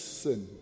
sin